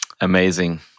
Amazing